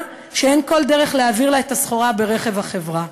שאין כל דרך להעביר לה את הסחורה ברכב החברה,